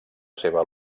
seva